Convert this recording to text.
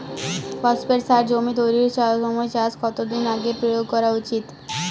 Phosphate সার জমি তৈরির সময় চাষের কত দিন আগে প্রয়োগ করা উচিৎ?